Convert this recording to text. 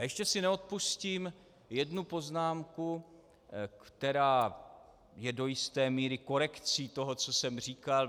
Ještě si neodpustím jednu poznámku, která je do jisté míry korekcí toho, co jsem říkal.